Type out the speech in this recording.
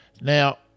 Now